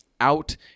out